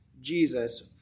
Jesus